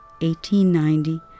1890